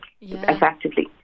effectively